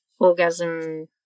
orgasm